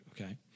okay